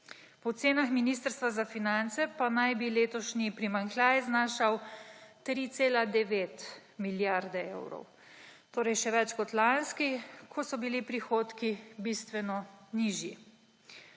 Po ocenah Ministrstva za finance pa naj bi letošnji primanjkljaj znašal 3,9 milijarde evrov, torej še več kot lanski, ko so bili prihodki bistveno nižji.